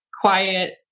quiet